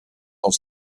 aus